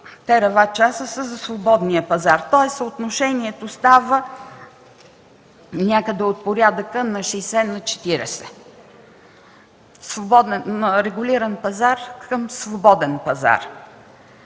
тераватчаса са за свободния пазар. Тоест съотношението става от порядъка на 60:40 – регулиран към свободен пазар.